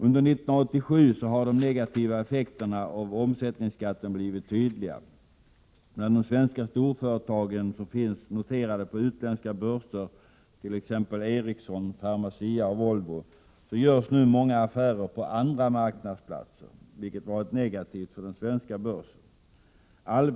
Under 1987 har de negativa effekterna av omsättningsskatten blivit tydliga. Bland de svenska storföretag som finns noterade på utländska börser, t.ex. Ericsson, Pharmacia och Volvo, görs många affärer nu på andra marknadsplatser, vilket varit negativt för den svenska börsen.